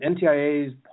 NTIA's